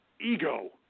ego